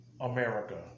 America